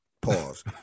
Pause